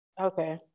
Okay